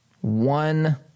one